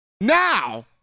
Now